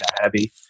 heavy